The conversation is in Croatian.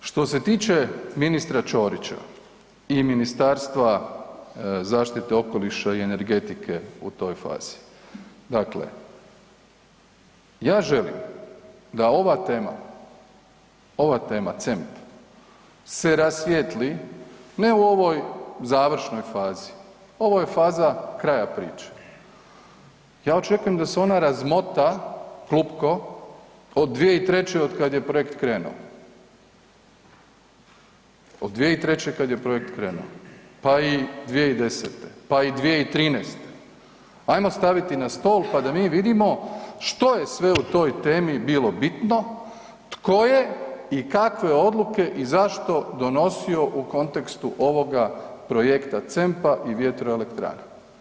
Što se tiče ministra Ćorića i Ministarstva zaštite okoliša i energetike u toj fazi, dakle ja želim da ova tema, ova tema CEMP-a se rasvijetli ne u ovoj završnoj fazi, ovo je faza kraja priče, ja očekujem da se ona razmota, klupko, od 2003. od kad je projekt krenuo, od 2003. kad je projekt krenuo, pa i 2010., pa i 2013., ajmo staviti na stol pa da mi vidimo što je sve u toj temi bilo bitno, tko je i kakve odluke i zašto donosio u kontekstu ovoga projekta CEMP-a i vjetroelektrana.